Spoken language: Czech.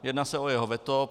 Jedná se o jeho veto.